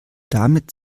damit